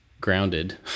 grounded